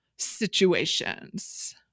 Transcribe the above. situations